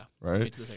Right